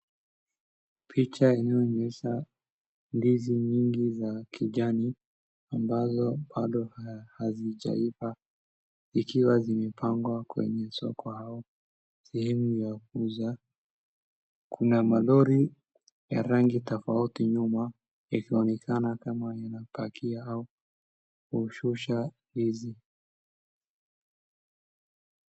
Picha inaonyesha ndizi nyingi za kijani ambazo bado hazijaiva, ikiwa zimepangwa kwenye soko au sehemu ya kuuza kuna malori ya rangi tofauti nyuma, ikionekana kama inapakia au kushusha ndizi.